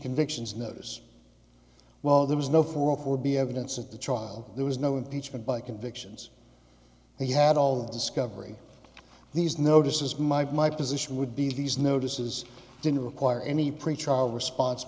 convictions notice well there was no fool for be evidence at the trial there was no impeachment by convictions he had all the discovery these notices might my position would be these notices didn't require any pretrial response